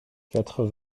quatre